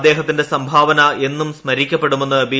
അദ്ദേഹത്തിന്റെ സംഭാവന എന്നും സ്മരിക്കപ്പെടുമെന്ന് ബി